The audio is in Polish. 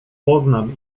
poznam